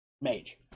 Mage